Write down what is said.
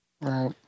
Right